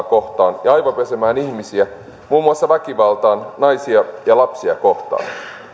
kohtaan ja aivopesemään ihmisiä muun muassa väkivaltaan naisia ja lapsia kohtaan